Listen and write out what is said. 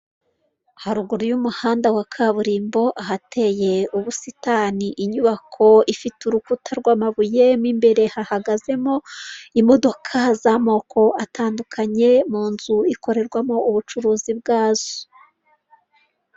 Haruguru y'umuhanda wa kaburimbo ahateye ubusitani, inyubako ifite urukuta rw'amabuye, mO imbere hahagazemo imodoka z'amoko atandukanye, mu nzu ikorerwamo ubucuruzi bwazo.